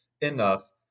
enough